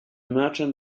merchant